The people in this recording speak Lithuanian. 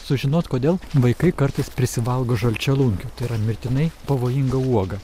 sužinot kodėl vaikai kartais prisivalgo žalčialunkių tai yra mirtinai pavojinga uoga